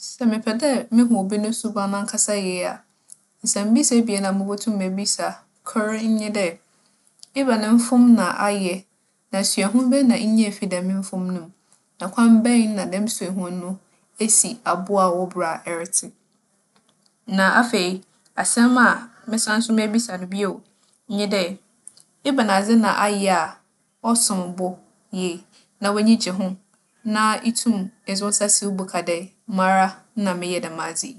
Sɛ mepɛ dɛ muhu obi no suban ankasa yie a, nsɛmbisa ebien a mubotum mebisa, kor nye dɛ; Ebɛn mfom na ayɛ, na suahu bɛn na inyae fii dɛm mfom no, na kwan bɛn na dɛm suahu no esi aboa wo bra a eretse? Na afei, asɛm a mɛsan so mebisa no bio nye dɛ, ebɛnadze na ayɛ a ͻsom wo bo yie, na w'enyi gye ho, na itum edze wo nsa si wo bo ka dɛ, mara na meyɛɛ dɛm adze yi?